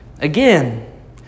Again